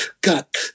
got